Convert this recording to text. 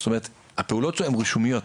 הפעולות הן רישומיות.